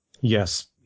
Yes